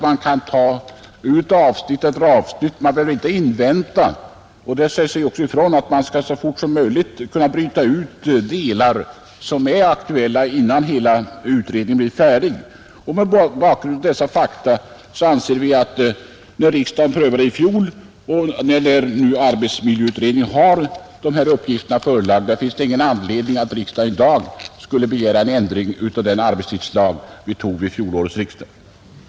Man kan ta ut avsnitt efter avsnitt och behöver inte invänta helheten, Det sägs också ifrån att man kan bryta ut delar som är aktuella innan hela utredningen blir färdig. Mot bakgrunden av dessa fakta, med riksdagens prövning i fjol och när arbetsmiljöutredningen har dessa uppgifter förelagda, anser vi att det inte finns någon anledning att riksdagen i dag skulle begära en ändring i den arbetstidslag vi tog vid fjolårets riksdag.